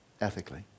ethically